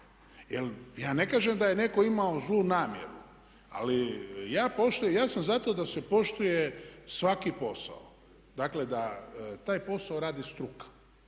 Ja ne kažem da je netko imao zlu namjeru ali ja poštujem, ja sam za to da se poštuje svaki posao. Dakle, da taj posao radi struka